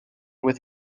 with